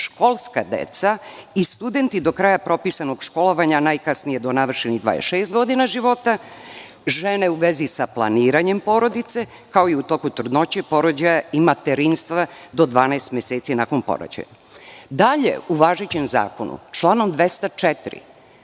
školska deca i studenti do kraja propisanog školovanja, najkasnije do navršenih 26 godina života, žene u vezi sa planiranjem porodice, kao i u toku trudnoće, porođaja i materinstva do 12 meseci nakon porođaja. Dalje, u važećem zakonu članom 204.